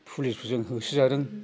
पुलिसफोरजों होसो जादों